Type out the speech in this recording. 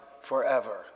forever